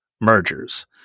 mergers